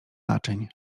naczyń